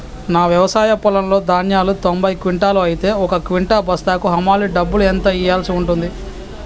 నా వ్యవసాయ పొలంలో ధాన్యాలు తొంభై క్వింటాలు అయితే ఒక క్వింటా బస్తాకు హమాలీ డబ్బులు ఎంత ఇయ్యాల్సి ఉంటది?